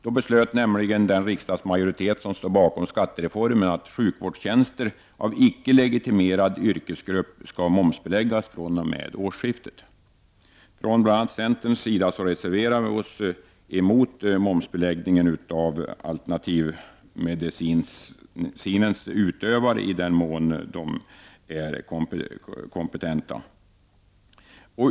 Då beslöt nämligen den riksdagsmajoritet som står bakom skattereformen att sjukvårdstjänster av icke legitimerad yrkesgrupp skall momsbeläggas fr.o.m. årsskiftet. Bl.a. vi i centern reserverade oss mot momsbeläggningen av alternativmedicinens utövare i den mån de är kompetenta.